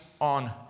on